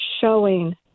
showing